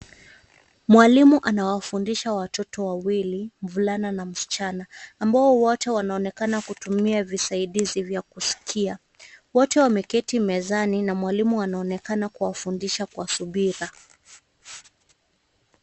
Mwalimu anawafundisha watoto wawili, mvulana na msichana, ambao wote wanaonekana kutumia visaidizi vya kuskia. Wote wameketi mezani na mwalimu anaonekana kuwafundisha kwa subira.